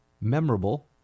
memorable